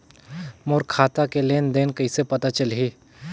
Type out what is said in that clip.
मोर खाता के लेन देन कइसे पता चलही?